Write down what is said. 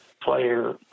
player